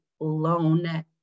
alone